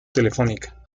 telefónica